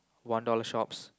one dollar shops